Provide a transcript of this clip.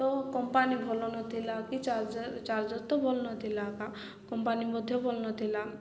ତ କମ୍ପାନୀ ଭଲ ନଥିଲା କି ଚାର୍ଜର ଚାର୍ଜର ତ ଭଲ ନଥିଲା ଏକା କମ୍ପାନୀ ମଧ୍ୟ ଭଲ ନଥିଲା